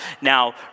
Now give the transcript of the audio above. now